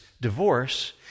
divorce